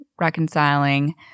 reconciling